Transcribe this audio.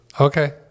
Okay